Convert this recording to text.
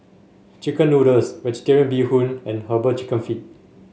chicken noodles vegetarian Bee Hoon and herbal chicken feet